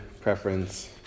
preference